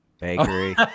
bakery